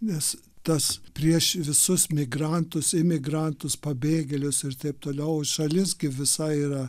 nes tas prieš visus migrantus imigrantus pabėgėlius ir taip toliau šalis kaip visai yra